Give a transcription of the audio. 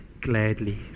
gladly